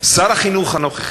שר החינוך הנוכחי,